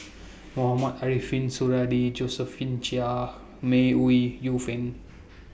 Mohamed Ariffin Suradi Josephine Chia May Ooi Yu Fen